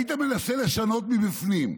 היית מנסה לשנות מבפנים.